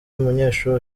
umunyeshuri